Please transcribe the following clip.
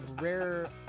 rare